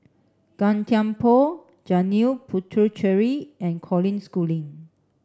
Gan Thiam Poh Janil Puthucheary and Colin Schooling